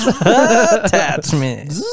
Attachment